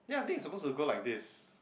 ya thing supposed to go like this